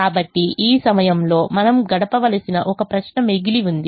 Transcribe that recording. కాబట్టి ఈ సమయంలో మనం గడపవలసిన ఒక ప్రశ్న మిగిలి ఉంది